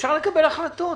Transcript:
שאפשר לקבל החלטות.